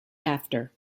after